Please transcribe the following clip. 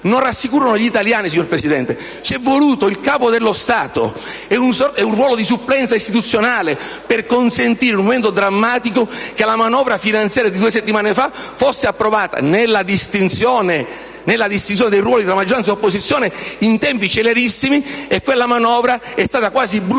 e nemmeno gli italiani, signor Presidente. C'è voluto il Capo dello Stato e un ruolo di supplenza istituzionale per consentire, in un momento drammatico, che la manovra finanziaria di due settimane fa fosse approvata, nella distinzione dei ruoli tra maggioranza e opposizione, in tempi celerissimi, ma quella manovra è stata quasi bruciata